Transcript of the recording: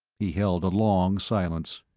he held a long silence.